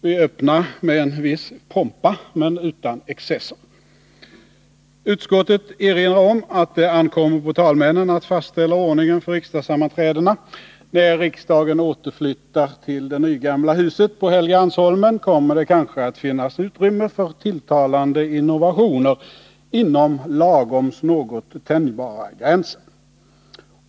Vi öppnar riksmötet med en viss pompa, men utan excesser. Utskottet erinrar om att det ankommer på talmännen att fastställa ordningen för riksdagssammanträdena. När riksdagen återflyttar till det nygamla huset på Helgeandsholmen kommer det kanske att finnas utrymme för tilltalande innovationer inom ”lagoms” något tänjbara gränser.